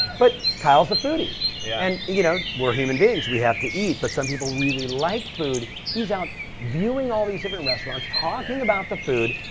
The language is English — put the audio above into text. but kyle's a foodie and you know we're human beings. we have to eat, but some people really like food. he's out viewing all these different restaurants, talking about the food.